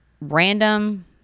random